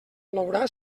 plourà